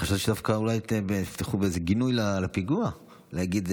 חשבתי שאולי תפתחו באיזה גינוי לפיגוע בלי להגיד